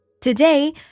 Today